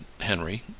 henry